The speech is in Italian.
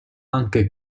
anche